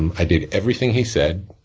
and i did everything he said,